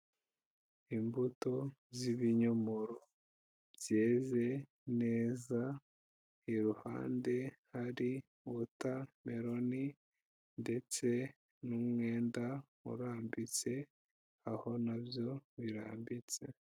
Imbuto z'ibinyomoro zeze neza, iruhande hari wotameroni ndetse n'umwenda urambitse aho na byo birambitse.